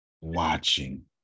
watching